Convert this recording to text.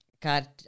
God